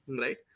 right